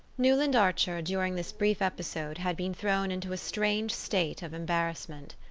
newland archer, during this brief episode, had been thrown into a strange state of embarrassment.